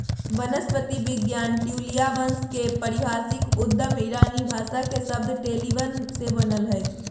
वनस्पति विज्ञान ट्यूलिया वंश के पारिभाषिक उद्गम ईरानी भाषा के शब्द टोलीबन से बनल हई